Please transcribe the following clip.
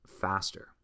faster